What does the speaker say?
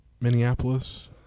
Minneapolis